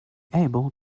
able